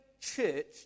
church